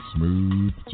Smooth